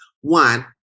One